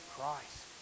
Christ